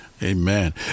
Amen